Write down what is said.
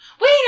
Wait